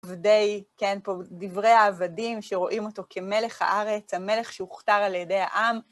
עבדי, כן, פה דברי העבדים שרואים אותו כמלך הארץ, המלך שהוכתר על ידי העם.